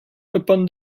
upon